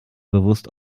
bewusst